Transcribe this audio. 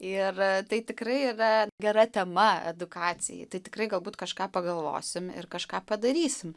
ir tai tikrai yra gera tema edukacijai tai tikrai galbūt kažką pagalvosim ir kažką padarysim